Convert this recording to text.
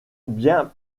bien